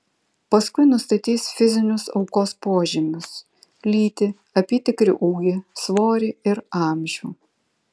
paskui nustatys fizinius aukos požymius lytį apytikrį ūgį svorį ir amžių